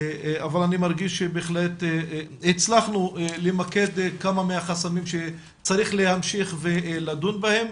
אבל אני מרגיש שבהחלט הצלחנו למקד כמה מהחסמים שצריך להמשיך ולדון בהם